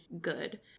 good